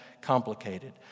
complicated